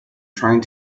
trying